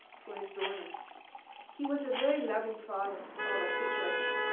for his daughter. he was a very loving father, all i could judge.